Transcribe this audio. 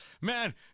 man